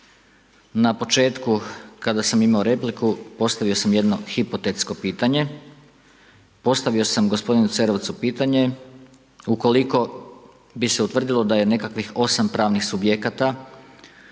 Na početku kada sam imao repliku, postavio sam jedno hipotetsko pitanje. Postavio sam gospodinu Cerovcu pitanje ukoliko bi se utvrdilo da je nekakvih 8 pravnih subjekata